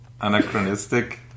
anachronistic